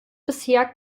bisher